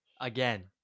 again